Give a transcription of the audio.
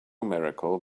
miracle